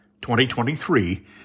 2023